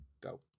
go